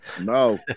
No